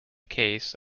case